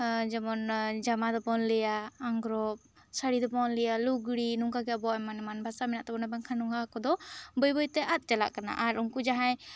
ᱡᱮᱢᱚᱱ ᱡᱟᱢᱟ ᱫᱚ ᱵᱚᱱ ᱞᱟᱹᱭᱟ ᱟᱝᱜᱽᱨᱚᱵ ᱥᱟᱹᱲᱤ ᱫᱚ ᱵᱚᱱ ᱞᱟᱹᱭᱟ ᱞᱩᱜᱽᱲᱤᱜ ᱱᱚᱝᱠᱟ ᱜᱮ ᱟᱵᱚᱣ ᱢᱟᱱ ᱵᱷᱟᱥᱟ ᱢᱮᱱᱟᱜ ᱛᱟᱵᱚᱱᱟ ᱵᱟᱝᱠᱷᱟᱱ ᱱᱚᱣᱟ ᱠᱚᱫᱚ ᱵᱟᱹᱭ ᱵᱟᱹᱭ ᱛᱮ ᱟᱫ ᱪᱟᱵᱟᱜ ᱠᱟᱱᱟ ᱟᱨ ᱩᱱᱠᱩ ᱡᱟᱦᱟᱸᱭ